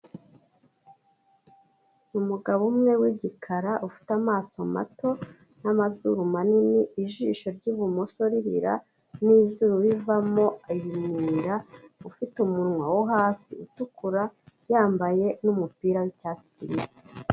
Umugabo umwe w'igikara ufite amaso mato n'amazuru manini, ijisho ry'ibumoso ririra n'izuru rivamo ibimyira, ufite umunwa wo hasi utukura, yambaye n'umupira w'icyatsi kibisi.